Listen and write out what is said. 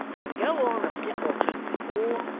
and go on a step or two before,